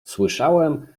słyszałem